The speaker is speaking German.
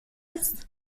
ist